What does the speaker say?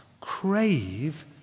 crave